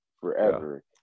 forever